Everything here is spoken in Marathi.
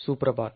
सुप्रभात